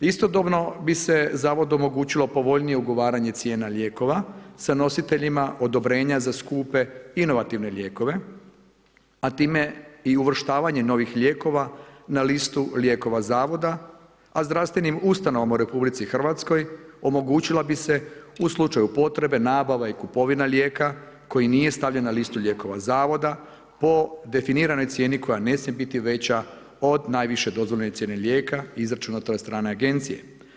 Istodobno bi se zavodu omogućilo povoljnije ugovaranje cijena lijekova sa nositeljima odobrenja za skupe inovativne lijekove, a time i uvrštavanje novih lijekova na listu lijekova zavoda, a zdravstvenim ustanovama u Republici Hrvatskoj omogućila bi se u slučaju potrebe nabava i kupovina lijeka koji nije stavljen na listu lijekova zavoda po definiranoj cijeni koja ne smije biti veća od najviše dozvoljene cijene lijeka izračunata od strane Agencije.